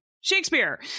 Shakespeare